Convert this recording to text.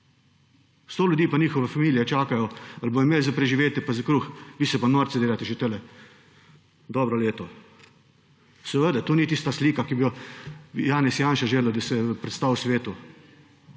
Sto ljudi in njihove familije čakajo ali bodo imeli za preživetje, pa za kruh, vi se pa norca delate že tukaj dobro leto. Seveda to ni tista slika, ki bi si jo Janez Janša želel, da se predstavi svetu.